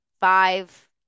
five